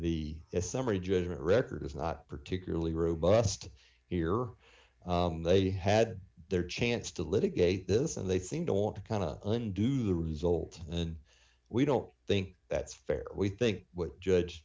the summary judgment record is not particularly robust here they had their chance to litigate this and they seem to want to kind of undo the result and we don't think that's fair we think what judge